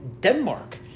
Denmark